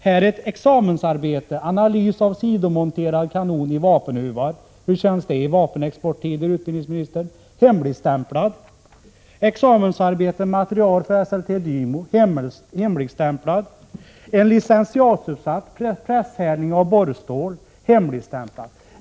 Här är ett examensarbete, Analys av sidomonterad kanon i vapenhuvar — hur känns det i vapenexporttider, utbildningsministern? Den är hemligstämplad! Här är ett annat examensarbete som heter Material och produktionsstyrningssystem för Esselte Dymo i Töre — hemligstämplad. Och här har jag en licentiatuppsats, Presshärdning av borrstål — hemligstämplad.